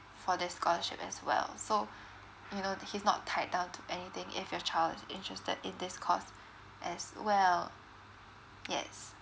for this scholarship as well so you know he's not tied down to anything if your child is interested in this course as well yes